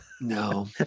No